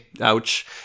Ouch